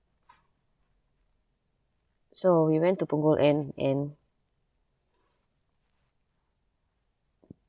so we went to punggol end and